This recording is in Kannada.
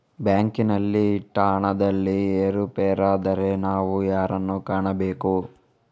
ಬ್ಯಾಂಕಿನಲ್ಲಿ ಇಟ್ಟ ಹಣದಲ್ಲಿ ಏರುಪೇರಾದರೆ ನಾವು ಯಾರನ್ನು ಕಾಣಬೇಕು?